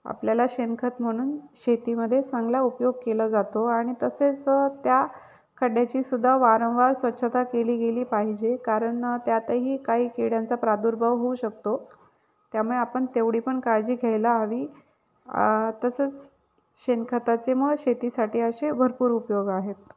आपल्याला शेणखत म्हणून शेतीमध्ये चांगला उपयोग केला जातो आणि तसेच त्या खड्ड्याचीसुद्धा वारंवार स्वच्छता केली गेली पाहिजे कारण त्यातही काही किड्यांचा प्रादुर्भाव होऊ शकतो त्यामुळे आपण तेवढी पण काळजी घ्यायला हवी तसंच शेणखताचे मग शेतीसाठी असे भरपूर उपयोग आहेत